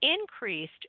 increased